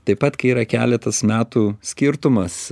taip pat kai yra keletas metų skirtumas